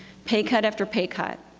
pay cut after pay cut.